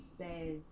says